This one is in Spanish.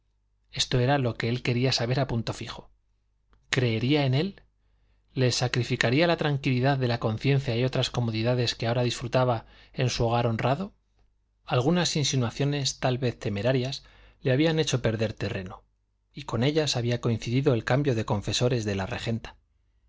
esto era lo que él quería saber a punto fijo creería en él le sacrificaría la tranquilidad de la conciencia y otras comodidades que ahora disfrutaba en su hogar honrado algunas insinuaciones tal vez temerarias le habían hecho perder terreno y con ellas había coincidido el cambio de confesores de la regenta